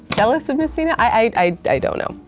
jealous of missing out. i don't know.